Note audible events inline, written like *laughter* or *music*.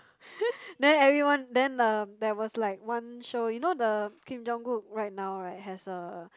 *laughs* then everyone then um there was like one show you know the Kim-Jong-Kook right now right has a